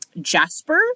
Jasper